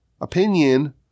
opinion